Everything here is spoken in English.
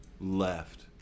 left